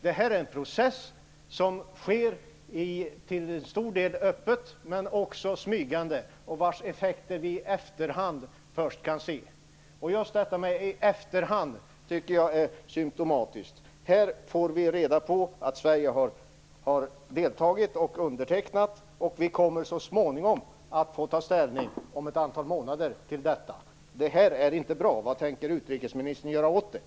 Det här är en process som sker till stor del öppet men också smygande, och vi kan först i efterhand se dess effekter. Just detta med i efterhand tycker jag är symtomatiskt. Vi får här reda på att Sverige har deltagit i detta med undertecknande. Så småningom, om ett antal månader, kommer vi att få ta ställning till detta.